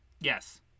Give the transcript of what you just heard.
Yes